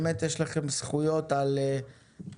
באמת יש לכם זכויות על המעורר.